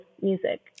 music